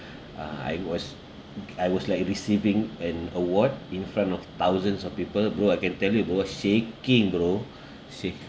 uh I was I was like receiving an award in front of thousands of people bro I can tell you bro shaking bro shake